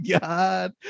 god